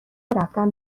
رفتن